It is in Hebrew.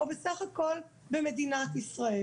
או בסך הכל במדינת ישראל.